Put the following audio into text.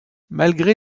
malgré